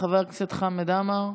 חבר הכנסת חמד עמאר,